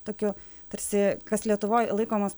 tokių tarsi kas lietuvoj laikomas